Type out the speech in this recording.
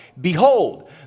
Behold